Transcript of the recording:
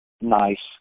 nice